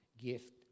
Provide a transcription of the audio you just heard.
gift